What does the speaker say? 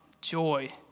joy